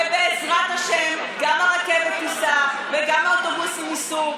ובעזרת השם גם הרכבת תיסע וגם האוטובוסים ייסעו.